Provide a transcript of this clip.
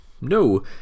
No